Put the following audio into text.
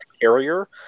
carrier